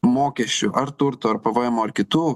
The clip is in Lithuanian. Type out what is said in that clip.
mokesčių ar turto pėvėemo ar kitų